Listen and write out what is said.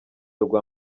rwa